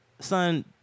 son